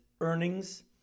earnings